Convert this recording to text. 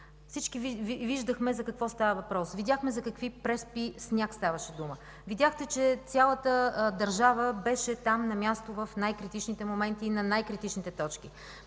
Всички виждахме за какво става въпрос. Видяхме за какви преспи сняг ставаше дума. Видяхте, че цялата държава беше там, на място, в най-критичните моменти на най-критичните точки.